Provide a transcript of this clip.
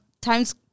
time's